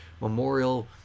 memorial